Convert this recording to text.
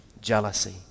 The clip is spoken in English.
jealousy